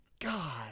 God